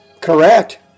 Correct